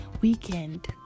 weekend